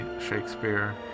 Shakespeare